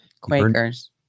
Quakers